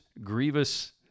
grievous